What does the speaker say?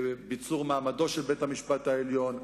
ביצור מעמדו של בית-המשפט העליון,